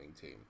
team